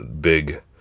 big